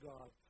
God